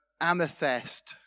amethyst